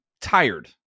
tired